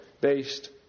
based